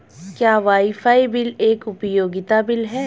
क्या wifi bill एक उपयोगिता बिल है?